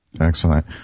Excellent